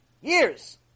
Years